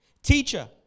Teacher